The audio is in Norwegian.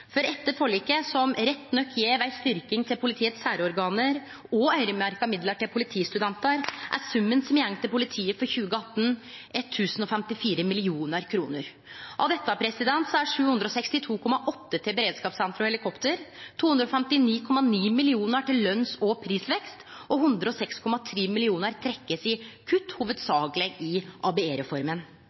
For etter forliket, som rett nok gjev ei styrking til politiets særorgan og øyremerkte midlar til politistudentar, er summen som går til politiet for 2018, 1 054 mill. kr. Av dette går 762,8 mill. kr til beredskapssenteret og helikopter, 259,9 mill. kr til løns- og prisvekst, og 106,3 mill. kr blir trekt i kutt, hovudsakeleg i